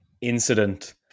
incident